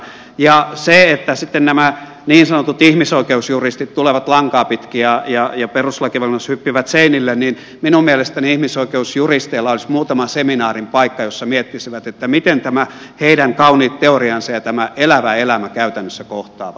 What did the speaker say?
mitä siihen tulee että sitten nämä niin sanotut ihmisoikeusjuristit tulevat lankaa pitkin ja perustuslakivaliokunnassa hyppivät seinille niin minun mielestäni ihmisoikeusjuristeilla olisi muutaman seminaarin paikka joissa miettisivät miten nämä heidän kauniit teoriansa ja tämä elävä elämä käytännössä kohtaavat